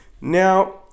now